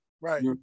Right